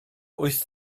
wyth